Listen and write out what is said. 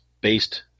based